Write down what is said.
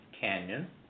Canyon